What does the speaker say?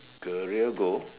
career goal